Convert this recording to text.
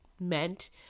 meant